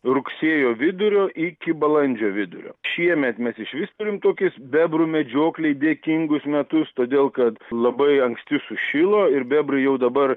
rugsėjo vidurio iki balandžio vidurio šiemet mes išvis turim tokius bebrų medžioklei dėkingus metus todėl kad labai anksti sušilo ir bebrai jau dabar